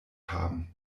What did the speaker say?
haben